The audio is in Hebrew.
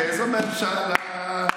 איזו ממשלה.